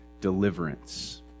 deliverance